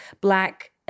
black